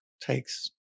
takes